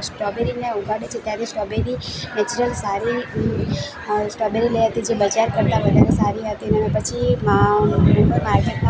strawberry ત્યાં ઉગાડે છે ત્યાંની સ્ટ્રોબેરી નેચરલ સારી એવી સ્ટ્રોબેરી લઈ આવી હતી જે બજાર કરતાં વધારે સારી હતી અને પછી એમાં માર્કેટમાં પણ